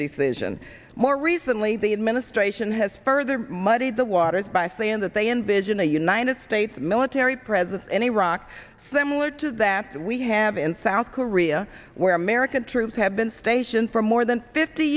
decision more recently the administration has further muddied the waters by saying that they envision a united states military presence in iraq similar to that that we have in south korea where american troops have been stationed for more than fifty